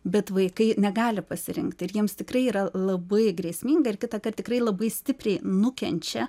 bet vaikai negali pasirinkti ir jiems tikrai yra labai grėsminga ir kitą kart tikrai labai stipriai nukenčia